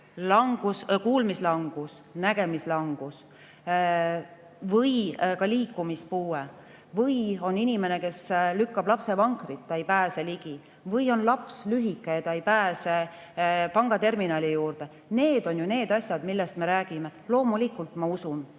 kuulmislangus, nägemislangus või liikumispuue –, ja inimesi, kes lükkavad lapsevankrit, ei pääse kuhugi ligi. Või siis on laps lühike ega ei pääse pangaterminali juurde. Need on need asjad, millest me räägime. Loomulikult ma usun,